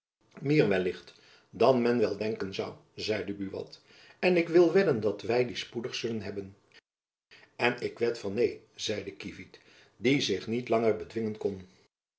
meer wellicht dan men wel denken zoû zeide buat en ik wil wedden dat wy dien spoedig zullen hebben en ik wed van neen zeide kievit die zich niet langer bedwingen kon